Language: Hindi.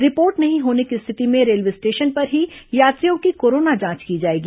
रिपोर्ट नहीं होने की स्थिति में रेलवे स्टेशन पर ही यात्रियों की कोरोना जांच की जाएगी